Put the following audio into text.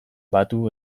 batu